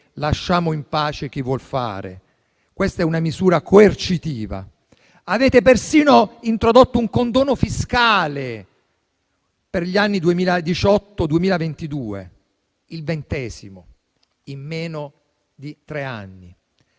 lasciamo in pace chi vuol fare! Questa è una misura coercitiva. Avete persino introdotto un condono fiscale per gli anni 2018-2022: il ventesimo in meno di tre anni.